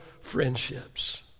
friendships